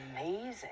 amazing